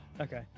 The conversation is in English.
Okay